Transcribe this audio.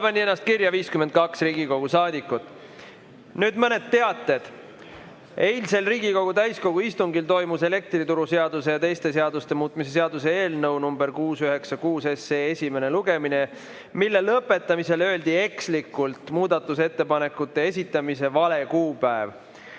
pani ennast kirja 52 Riigikogu saadikut. Nüüd mõned teated. Eilsel Riigikogu täiskogu istungil toimus elektrituruseaduse ja teiste seaduste muutmise seaduse eelnõu nr 696 esimene lugemine, mille lõpetamisel öeldi ekslikult muudatusettepanekute esitamise vale kuupäev.